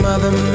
Mother